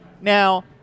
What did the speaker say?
Now